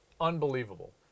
unbelievable